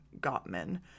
Gottman